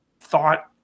thought –